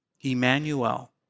Emmanuel